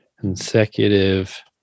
consecutive